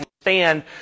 stand